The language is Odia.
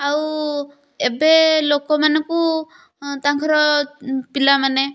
ଆଉ ଏବେ ଲୋକମାନଙ୍କୁ ତାଙ୍କର ପିଲାମାନେ